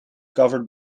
governed